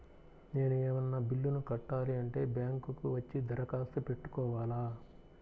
నేను ఏమన్నా బిల్లును కట్టాలి అంటే బ్యాంకు కు వచ్చి దరఖాస్తు పెట్టుకోవాలా?